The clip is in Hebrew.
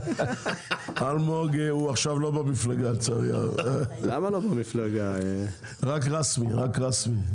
אלמוג הוא עכשיו לא במפלגה, רק רשמי.